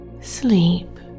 Sleep